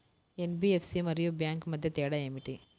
NBFC మరియు bank మధ్య తేడా ఏమిటీ?